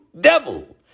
devil